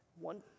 one